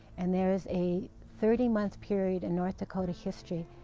and there is a thirty month period in north dakota history,